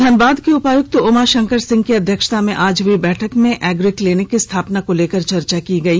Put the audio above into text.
धनबाद के उपायुक्त उमा शंकर सिंह की अध्यक्षता में आज हुई बैठक में एग्री क्लीनिक की स्थापना को लेकर चर्चा हुई